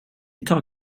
tar